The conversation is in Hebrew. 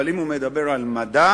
אבל אם הוא מדבר על מדע,